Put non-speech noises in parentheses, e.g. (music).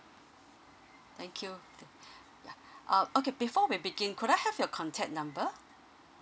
thank you th~ (breath) yeah uh okay before we begin could I have your contact number